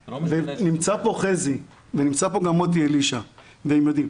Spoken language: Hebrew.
ונמצא פה חזי ונמצא פה גם מוטי אלישע והם יודעים,